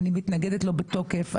אני מתנגדת לו בתוקף.